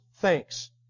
thanks